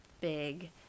big